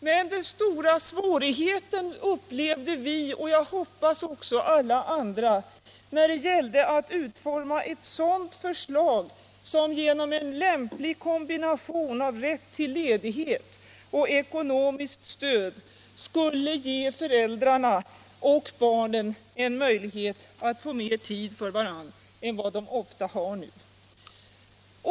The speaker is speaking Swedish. Men den stora svårigheten upplevde vi, och jag hoppas också alla andra, när det gällde att utforma ett sådant förslag som genom en lämplig kombination av rätt till ledighet och ekonomiskt stöd skulle ge föräldrarna och barnen en möjlighet att få mer tid för varandra än vad de ofta har nu.